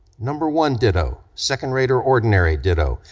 number one ditto, second rate or ordinary ditto,